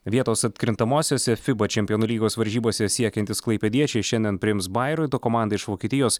vietos atkrintamosiose fiba čempionų lygos varžybose siekiantys klaipėdiečiai šiandien priims bairoito komandą iš vokietijos